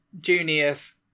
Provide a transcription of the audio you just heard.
junius